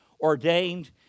ordained